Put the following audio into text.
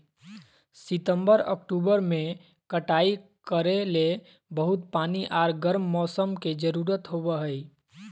सितंबर, अक्टूबर में कटाई करे ले बहुत पानी आर गर्म मौसम के जरुरत होबय हइ